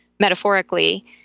metaphorically